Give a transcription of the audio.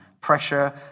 pressure